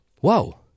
Whoa